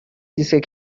دیسک